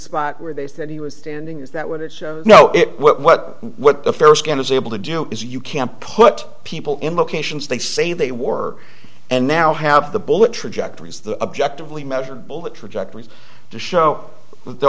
spot where they said he was standing is that what it's no it what what the fair skinned is able to do is you can put people in locations they say they wore and now have the bullet trajectory is the objective lee measured bullet trajectory to show th